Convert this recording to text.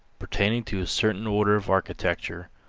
pertaining to a certain order of architecture,